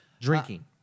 drinking